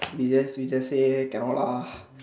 you just you just say cannot lah